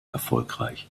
erfolgreich